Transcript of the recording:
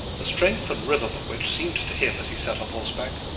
the strength and rhythm of which seemed to him, as he sat on horseback,